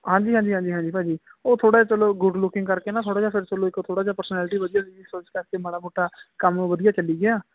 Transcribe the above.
ਹਾਂਜੀ ਹਾਂਜੀ ਹਾਂਜੀ ਭਾਅ ਜੀ ਉਹ ਥੋੜਾ ਜਿਆ ਚਲੋ ਗੁੱਡ ਲੁਕਿੰਗ ਕਰਕੇ ਨਾ ਥੋੜਾ ਜਿਆ ਫੇਰ ਚਲੋ ਇੱਕ ਥੋੜਾ ਜਿਆ ਪਰਸਨੈਲਿਟੀ ਵਧੀਆ ਸੀ ਜੀ ਸੋ ਇਸ ਕਰਕੇ ਮਾੜਾ ਮੋਟਾ ਕੰਮ ਵਧੀਆ ਚੱਲੀ ਗਿਆ